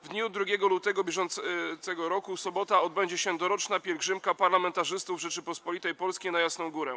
W dniu 2 lutego br., w sobotę, odbędzie się doroczna pielgrzymka parlamentarzystów Rzeczypospolitej Polskiej na Jasną Górę.